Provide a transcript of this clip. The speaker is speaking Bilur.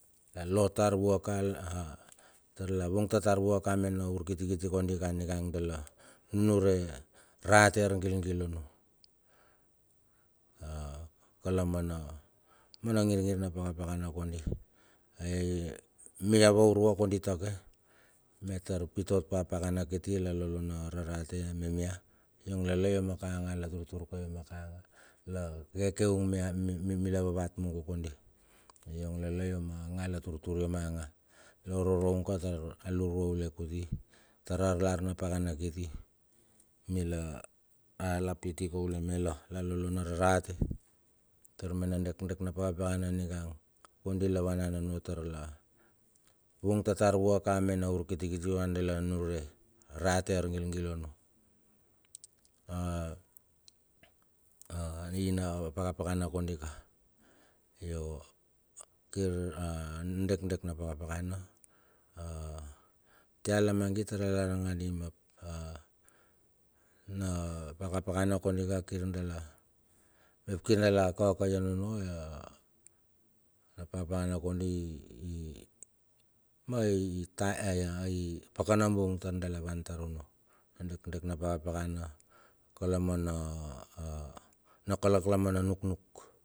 La lo tar vuaka a tar la vung tatar vuaka me na urkiti kondika niga dala nunure rate argil ono. A kalamana, ma na ngirngir na pakapakana kondi, ai mia vaurua kondi take. Mia tar pit ot pa pakana kiti la lolo na rarate me mia, yong lala yomaka nga la turtur ka yomaka nga la kekeung mia mila vavat mugo kondi. Ai youg lala yoma nga, la turtur yoma nga, la oroung ka tar a lurua ule kuti tar ar lar na pakana kiti. mila a la piti kaule mela. Lolo na rarate tar mena dekdek na pakapakana ningang kondi la vanan onno tar la vung tatar vuaka me na urkitikiti la nunure rate argilgil onno. A a i na pakapakana kondika, yo kir a dekdek na pakapakana. Tia lamagit ta a lar nangandi mep a na pakapakana kondi kir dala, mep kir dala kakayan onno na pakapakana kondi i i ma itaem i bung tar dala van tar onno a dekdek na pakapakana kalamana a a na kalakala ma na nuknuklalan na kamana nuknuk.